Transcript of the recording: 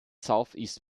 southeast